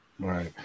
Right